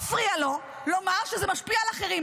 לא מפריע לו לומר שזה משפיע על אחרים.